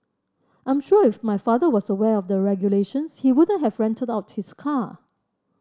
I'm sure if my father was aware of the regulations he wouldn't have rented out his car